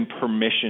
permission